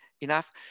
enough